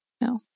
No